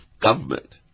government